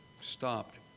stopped